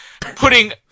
putting